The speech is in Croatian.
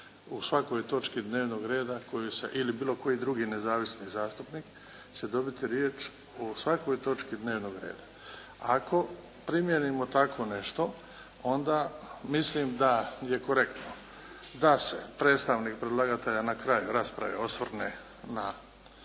u svakoj točki dnevnog reda koju se ili bilo koji drugi nezavisni zastupnik će dobiti riječ o svakoj točki dnevnog reda. Ako primjenimo tako nešto, onda mislim da je korektno da se predstavnik predlagatelja na kraju rasprave osvrne na